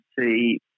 see